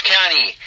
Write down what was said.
County